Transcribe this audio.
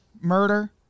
murder